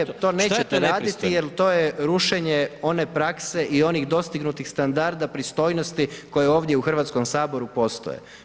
Ne to nije, to nećete raditi jer to je rušenje one prakse i onih dostignutih standarda pristojnosti koje ovdje u Hrvatskom saboru postoje.